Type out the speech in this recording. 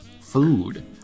food